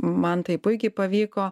man tai puikiai pavyko